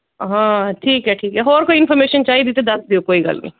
ਹਾਂ ਠੀਕ ਹੈ ਠੀਕ ਹੈ ਹੋਰ ਕੋਈ ਇਨਫੋਰਮੇਸ਼ਨ ਚਾਹੀਦੀ ਤਾਂ ਦੱਸ ਦਿਓ ਕੋਈ ਗੱਲ ਨਹੀਂ